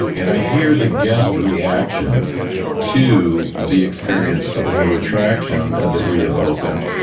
and i hear the guests' reactions to the experience of a new attraction that we have opened,